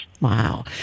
Wow